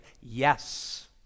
Yes